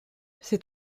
c’est